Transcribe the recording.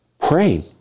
praying